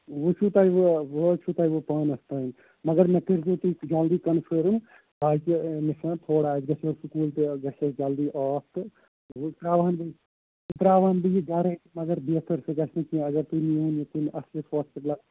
وُچھُو تۄہہِ وٕ وۅنۍ حظ چھُو تۄہہِ پانَس تام مگر مےٚ کٔرۍزیٚو تُہۍ جلدٕے کَنفارٕم کیٛازِکہِ أمِس چھِنہٕ تھوڑا اسہِ گٔژھِ سکوٗل تہِ گَژھِۍ اَسہِ جلدٕے آف تہٕ وۅنۍ ترٛاوہَن بہٕ یہِ ترٛاوہَن بہٕ یہِ گرٕے مگر بہتر سُہ گَژھِ نہٕ کیٚنٛہہ اگر تُہۍ نی ہوٗن یہِ کُنہِ اصلَس ہاسپِٹلَس